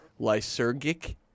lysergic